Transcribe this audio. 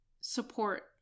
support